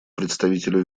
представителю